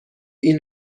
این